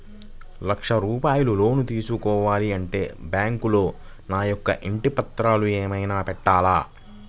ఒక లక్ష రూపాయలు లోన్ తీసుకోవాలి అంటే బ్యాంకులో నా యొక్క ఇంటి పత్రాలు ఏమైనా పెట్టాలా?